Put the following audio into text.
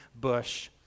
bush